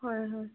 হয় হয়